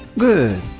good!